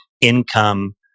income